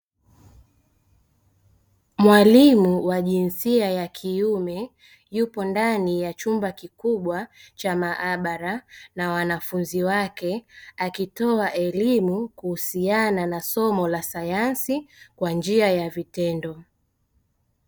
Mwalimu wa jinsia ya kiume yupo ndani ya chumba kikubwa cha maabara, na wanafunzi wake aitoa elimu kuhusiana na somo la sayansi kwa njia ya vitendo.